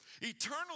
Eternal